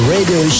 Radio